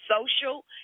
social